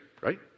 right